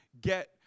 get